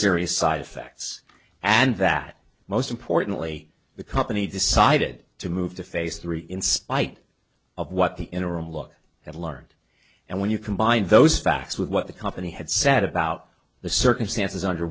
serious side effects and that most importantly the company decided to move to face three in spite of what the interim look have learned and when you combine those facts with what the company had said about the circumstances under